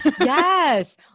Yes